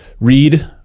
read